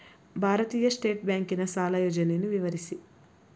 ಭಾರತೀಯ ಸ್ಟೇಟ್ ಬ್ಯಾಂಕಿನ ಸಾಲ ಯೋಜನೆಯನ್ನು ವಿವರಿಸಿ?